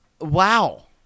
Wow